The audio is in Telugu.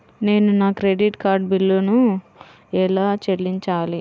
నేను నా క్రెడిట్ కార్డ్ బిల్లును ఎలా చెల్లించాలీ?